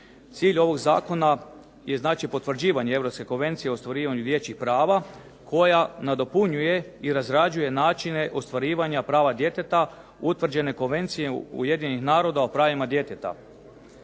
Cilj ovog zakona je znači potvrđivanje Europske konvencije o ostvarivanju dječjih prava, koja nadopunjuje i razrađuje načine ostvarivanja prava djeteta utvrđene konvencije Ujedinjenih naroda o pravima djeteta.